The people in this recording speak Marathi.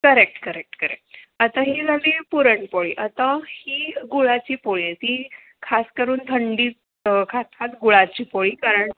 करेक्ट करेक्ट करेक्ट आता ही झाली पुरणपोळी आता ही गुळाची पोळी आहे ती खासकरून थंडीत खातात गुळाची पोळी कारण